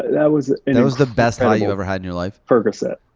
that was and that was the best high you ever had in your life? percocet,